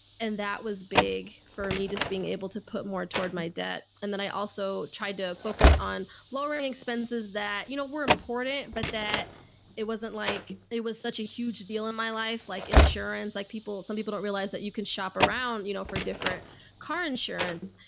and that was big for me. just being able to put more toward my debt. and then i also tried to focus on lowering expenses that you know, were important, but that it wasn't like they was such a huge deal in my life. like insurance, like people, some people don't realize that you can shop around, you know, for different car insurance.